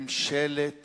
ממשלת